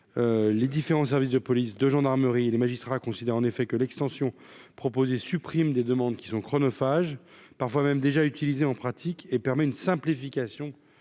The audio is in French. les différents services de police, de gendarmerie, les magistrats considèrent en effet que l'extension proposée supprime des demandes qui sont chronophages, parfois même déjà utilisée en pratique et permet une simplification